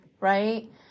Right